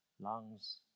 lungs